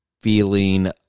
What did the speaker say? feeling